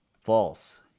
False